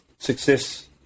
success